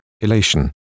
elation